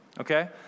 okay